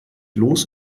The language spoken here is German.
los